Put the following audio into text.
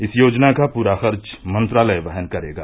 इस योजना का पूरा खर्च मंत्रालय वहन करेगा